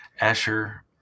Asher